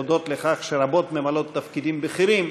הודות לכך שרבות ממלאות תפקידים בכירים,